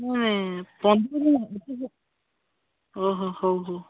ହଁ ହଁ ହଉ ହଉ